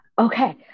Okay